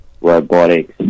robotics